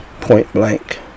point-blank